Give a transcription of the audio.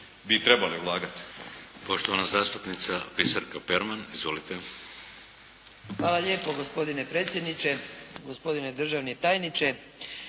bi trebali ulagati.